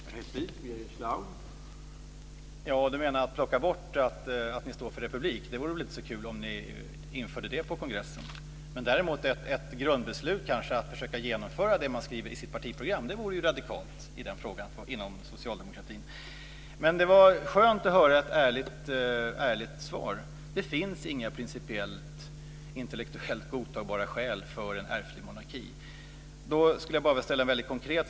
Herr talman! Menar Göran Magnusson att ni skulle plocka bort att ni står för republik? Det vore väl inte så kul om ni införde det på kongressen? Men däremot vore det kanske bra med ett grundbeslut om att försöka genomföra det man skriver i sitt partiprogram. Det vore ju radikalt i den frågan inom socialdemokratin. Det var skönt att höra ett ärligt svar. Det finns inga principiellt och intellektuellt godtagbara skäl för en ärftlig monarki. Då skulle jag vilja ställa en väldigt konkret fråga.